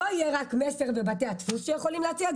לא יהיה רק "מסר" ובתי הדפוס שיכולים להציע,